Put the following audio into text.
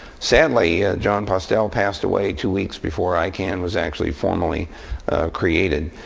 sadly, jon postel passed away two weeks before icann was actually formally created.